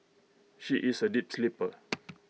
she is A deep sleeper